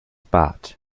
bart